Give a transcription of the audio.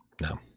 no